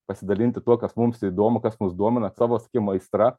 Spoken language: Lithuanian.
pasidalinti tuo kas mums įdomu kas mus domina savo sakykim aistra